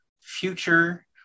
future